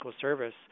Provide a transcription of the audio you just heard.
Service